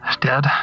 Dead